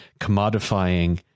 commodifying